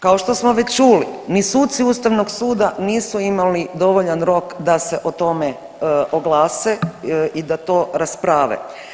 Kao što smo već čuli ni suci ustavnog suda nisu imali dovoljan rok da se o tome oglase i da to rasprave.